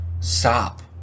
Stop